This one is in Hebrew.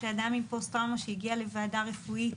אדם עם פוסט-טראומה שהגיע לוועדה רפואית